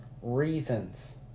reasons